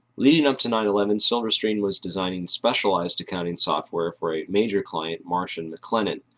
leading up to nine eleven silverstream was designing specialized accounting software for a major client marsh and mclennan.